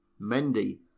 Mendy